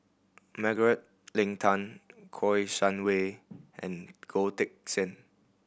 Margaret Leng Tan Kouo Shang Wei and Goh Teck Sian